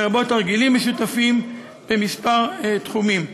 לרבות תרגילים משותפים בכמה תחומים.